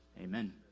Amen